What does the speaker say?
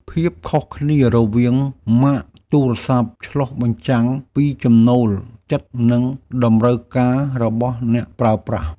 ភាពខុសគ្នារវាងម៉ាកទូរស័ព្ទ ឆ្លុះបញ្ចាំងពីចំណូលចិត្ត និងតម្រូវការរបស់អ្នកប្រើប្រាស់។